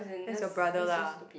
that's your brother lah